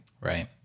Right